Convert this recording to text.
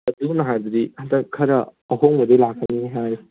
ꯑꯗꯨꯅ ꯍꯥꯏꯕꯗꯗꯤ ꯍꯟꯗꯛ ꯈꯔ ꯑꯍꯣꯡꯕꯗꯤ ꯂꯥꯛꯀꯅꯤ ꯍꯥꯏ